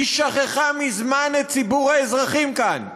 היא שכחה מזמן את ציבור האזרחים כאן,